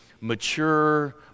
mature